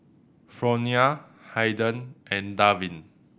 Fronia Haiden and Davin